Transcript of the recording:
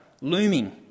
looming